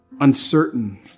uncertain